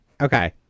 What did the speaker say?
Okay